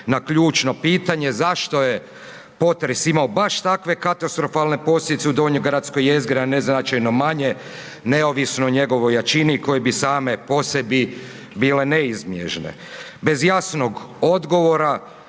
na ključno pitanje zašto je potres imao baš takve katastrofalne posljedice u donjogradskoj jezgri, a neznačajno manje neovisno o njegovoj jačini koje bi same po sebi bile neizbježne. Bez jasnog odgovora